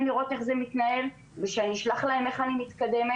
לראות איך זה מתנהל ושאני אשלח להם איך אני מתקדמת,